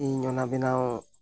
ᱤᱧ ᱚᱱᱟ ᱵᱮᱱᱟᱣ